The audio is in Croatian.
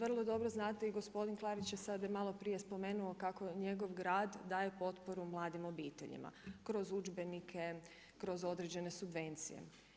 Vrlo dobro znate i gospodin Klarić je sada malo prije spomenuo kako njegov grad daje potporu mladim obiteljima kroz udžbenike, kroz određene subvencije.